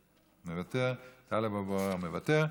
מוותר, טלב אבו עראר, מוותר.